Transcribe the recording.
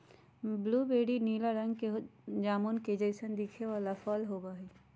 blueberry नीला रंग के जामुन के जैसन दिखे वाला फल होबा हई